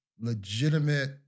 legitimate